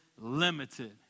Limited